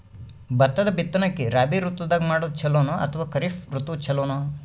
ಭತ್ತದ ಬಿತ್ತನಕಿ ರಾಬಿ ಋತು ದಾಗ ಮಾಡೋದು ಚಲೋನ ಅಥವಾ ಖರೀಫ್ ಋತು ಚಲೋನ?